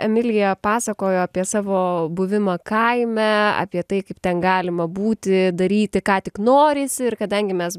emilija pasakojo apie savo buvimą kaime apie tai kaip ten galima būti daryti ką tik norisi ir kadangi mes